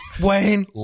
Wayne